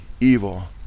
evil